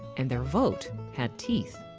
and their vote had teeth,